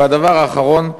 והדבר האחרון,